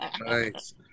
Nice